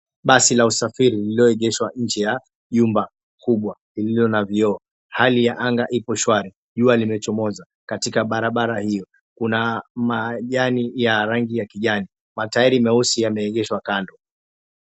Basi la usafiri lilioegeshwa nje ya jumba kubwa lililo na vioo. Hali ya anga ipo shwari, jua limechomoza. Katika barabara hio kuna majani ya rangi ya kijani, matairi meusi yameegeshwa kando.